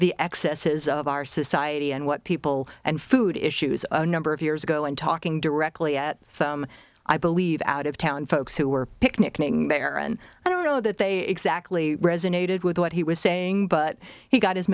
the excesses of our society and what people and food issues are a number of years ago and talking directly at some i believe out of town folks who were picnicking there and i don't know that they exactly resonated with what he was saying but he got his